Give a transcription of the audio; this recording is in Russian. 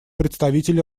представитель